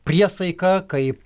priesaika kaip